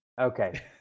Okay